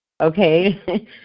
okay